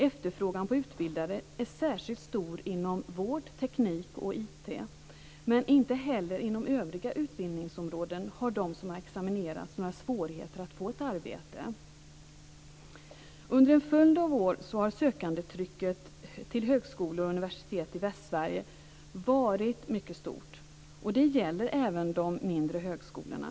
Efterfrågan på utbildade är särskilt stor inom vård, teknik och IT. Men inte heller inom övriga utbildningsområden har de som examinerats några svårigheter att få ett arbete. Under en följd av år har trycket av sökande till högskolor och universitet i Västsverige varit mycket stort. Det gäller även de mindre högskolorna.